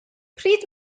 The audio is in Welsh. pryd